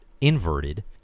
inverted